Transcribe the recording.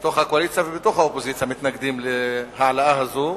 בתוך הקואליציה ובתוך האופוזיציה מתנגדים להעלאה הזאת,